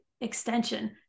extension